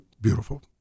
beautiful